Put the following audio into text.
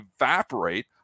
evaporate